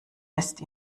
lässt